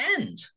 end